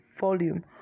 volume